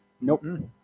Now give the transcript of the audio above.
Nope